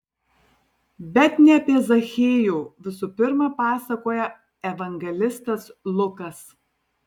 bet ne apie zachiejų visų pirma pasakoja evangelistas lukas